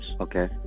Okay